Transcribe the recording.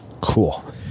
Cool